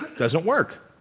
doesn't work.